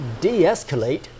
de-escalate